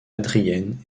adrienne